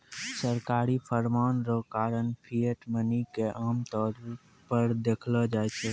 सरकारी फरमान रो कारण फिएट मनी के आमतौर पर देखलो जाय छै